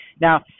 Now